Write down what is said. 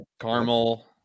Caramel